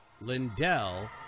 Lindell